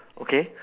okay